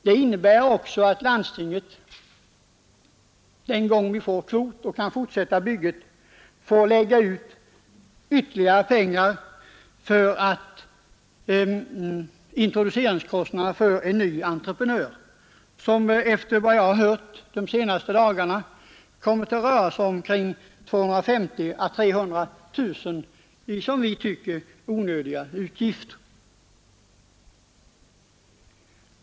Det här innebär också att landstinget den gång vi får kvot och kan fortsätta bygget måste lägga ut ytterligare pengar i introduceringskostnader för en ny entreprenör -— det kommer efter vad jag hört de senaste dagarna att röra sig om 250 000 å 300 000 i. som vi tycker, onödiga utgifter.